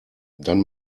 dann